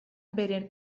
beren